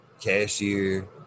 cashier